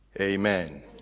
Amen